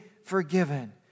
forgiven